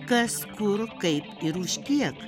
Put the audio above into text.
kas kur kaip ir už kiek